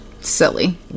Silly